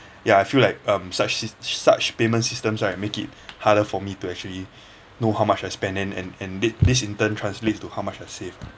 ya I feel um like such sys~ such payment systems right make it harder for me to actually know how much I spent then and and this in turn to how much I save